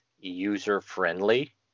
user-friendly